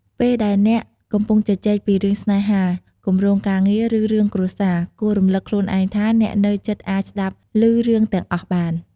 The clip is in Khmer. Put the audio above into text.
ពេលដែលអ្នកកំពុងជជែកពីរឿងស្នេហា គម្រោងការងារ ឬ រឿងគ្រួសារ គួររំលឹកខ្លួនឯងថាអ្នកនៅជិតអាចស្ដាប់លឺរឿងទាំងអស់បាន។